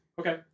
Okay